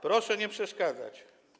Proszę nie przeszkadzać.